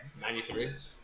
93